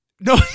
No